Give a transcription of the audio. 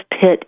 pit